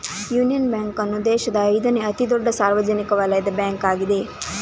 union Bank ಅನ್ನು ದೇಶದ ಐದನೇ ಅತಿ ದೊಡ್ಡ ಸಾರ್ವಜನಿಕ ವಲಯದ ಬ್ಯಾಂಕ್ ಆಗಿದೆ